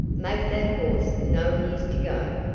make that horse know he's to go.